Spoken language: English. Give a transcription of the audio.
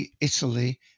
Italy